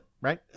Right